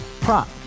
prop